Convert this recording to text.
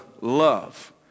love